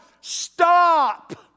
stop